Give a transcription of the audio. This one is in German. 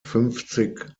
fünfzig